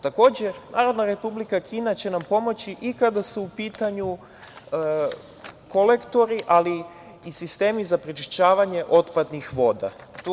Takođe, Narodna Republika Kina će nam pomoći i kada su u pitanju kolektori, ali i sistemi za prečišćavanje otpadnih voda.